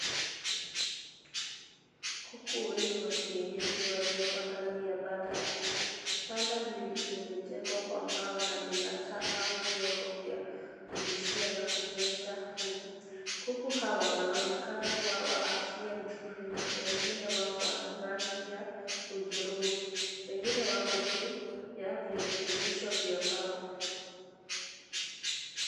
Kuku wengi wa kienyeji walioko ndani ya banda la kuku. Banda hili limejengwa kwa mbao na lina taa au vyombo vya kulishia na kunywesha kuku. Kuku hawa wanaonekana kuwa wa afya nzuri na wengine wao wana rangi ya hudhurungi. Wengine wako juu ya virekebisho vya mbao.